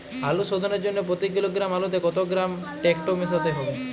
আলু শোধনের জন্য প্রতি কিলোগ্রাম আলুতে কত গ্রাম টেকটো মেশাতে হবে?